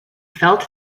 felt